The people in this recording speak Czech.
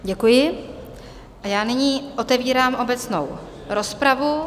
Děkuji a já nyní otevírám obecnou rozpravu.